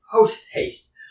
Post-haste